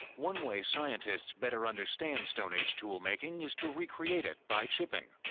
one way scientists better understand stone age toolmaking is to recreate it by chipping,